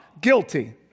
guilty